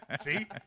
See